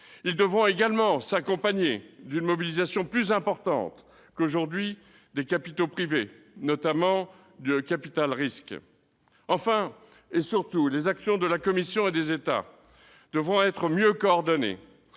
Ils devront également s'accompagner d'une mobilisation plus importante qu'aujourd'hui des capitaux privés, notamment le capital-risque. Surtout, les actions de la Commission et des États devront être mieux coordonnées,